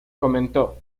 comentó